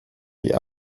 die